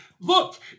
look